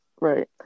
Right